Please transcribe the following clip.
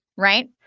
right?